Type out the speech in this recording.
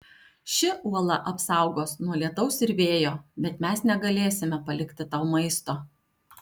ši uola apsaugos nuo lietaus ir vėjo bet mes negalėsime palikti tau maisto